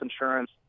insurance